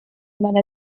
meiner